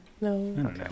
No